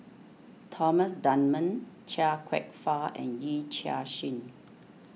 Thomas Dunman Chia Kwek Fah and Yee Chia Hsing